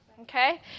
okay